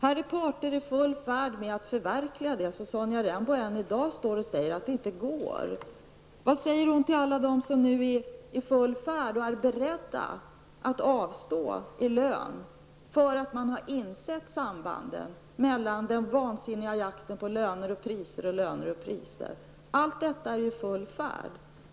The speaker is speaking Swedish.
Här är parterna i full färd med att förverkliga det som Sonja Rembo än idag säger inte går. Vad säger Sonja Rembo till alla dem som nu är beredda att avstå i lön, därför att de har insett sambanden i den vansinniga jakten mellan löner och priser och löner och priser? Allt detta är i full gång.